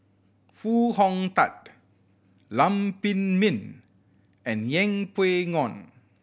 Foo Hong Tatt Lam Pin Min and Yeng Pway Ngon